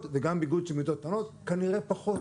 וגם ביגוד של מידות קטנות כנראה פחות,